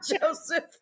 Joseph